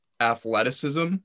athleticism